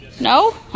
No